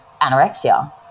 anorexia